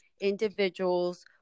individuals